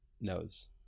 knows